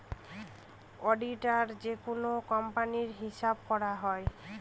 অডিটারে যেকোনো কোম্পানির হিসাব করা হয়